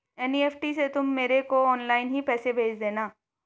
NEFT से तुम मेरे को ऑनलाइन ही पैसे भेज देना